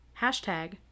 hashtag